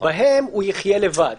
בהם הוא יחיה לבד.